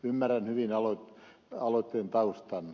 ymmärrän hyvin aloitteen taustan